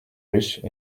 riche